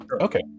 Okay